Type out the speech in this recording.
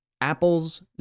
Apples